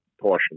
portion